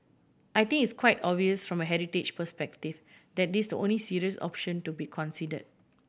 I think it's quite obvious from a heritage perspective that is the only serious option to be consider